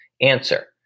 answer